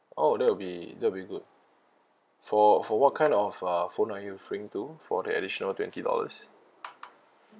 oh that'll be that'll be good for for what kind of uh phone are you referring to for the additional twenty dollars